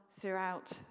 throughout